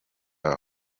aho